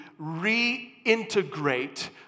reintegrate